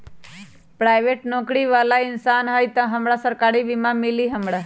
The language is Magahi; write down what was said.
पराईबेट नौकरी बाला इंसान हई त हमरा सरकारी बीमा मिली हमरा?